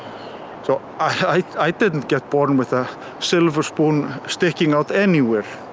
so i didn't get born with a silver spoon sticking out anywhere.